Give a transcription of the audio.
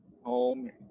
home